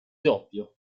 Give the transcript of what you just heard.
doppio